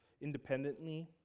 independently